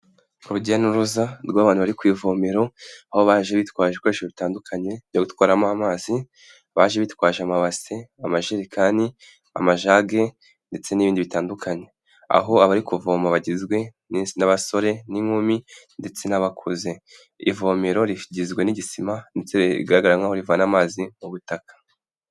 Urujya n'uruza rw'abantu bari ku ivomero aho baje bitwaje ibikoresho bitandukanye byo gutwaramo amazi, baje bitwaje amabasi, amajerekani, amajage ndetse n'ibindi bitandukanye. Aho abari kuvoma bagizwe n'abasore n'inkumi ndetse n'abakuze. Iri vomero rigizwe n'igisima rigaragara nkaho rivana amazi mu butaka.